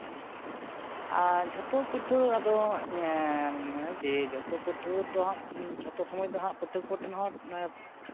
ᱟᱨ ᱡᱷᱚᱛᱚ ᱯᱟᱹᱴᱷᱩᱣᱟᱹ ᱟᱫᱚ ᱧᱮᱞ ᱡᱮ ᱡᱚᱛᱚ ᱯᱟᱹᱴᱷᱩᱣᱟᱹ ᱫᱚ ᱡᱷᱚᱛᱚ ᱥᱚᱢᱚᱭ ᱫᱚ ᱦᱟᱸᱜ ᱯᱟᱹᱴᱷᱩᱣᱟᱹ ᱠᱚᱴᱷᱮᱱ ᱦᱚᱸ